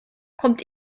kommt